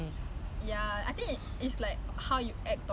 oh just now we were actually talking about motor eh